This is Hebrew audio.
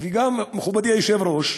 וגם מכובדי היושב-ראש,